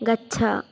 गच्छ